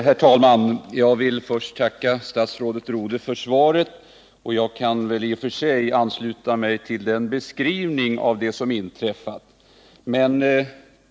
Herr talman! Jag vill först tacka statsrådet Rodhe för svaret. I och för sig kan jag väl ansluta mig till beskrivningen av det inträffade.